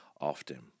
often